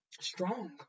strong